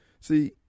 See